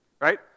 Right